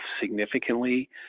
significantly